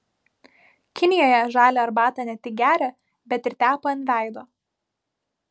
kinijoje žalią arbatą ne tik geria bet ir tepa ant veido